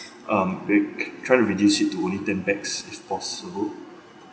um big try to reduce it to only ten pax if possible